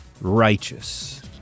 righteous